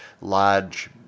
large